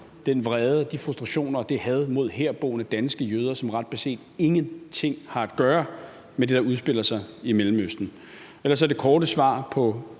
den vrede og de frustrationer og det had mod herboende danske jøder, som ret beset ingenting har at gøre med det, der udspiller sig i Mellemøsten. Ellers er det korte svar på